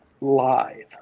Live